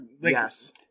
Yes